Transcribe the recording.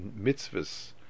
mitzvahs